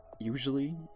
Usually